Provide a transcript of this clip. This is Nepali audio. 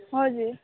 हजुर